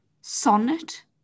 Sonnet